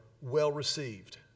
well-received